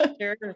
Sure